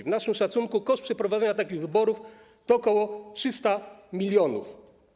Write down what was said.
Według naszych szacunków koszt przeprowadzenia takich wyborów to ok. 300 mln.